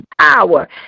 power